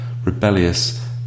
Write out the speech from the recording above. rebellious